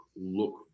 look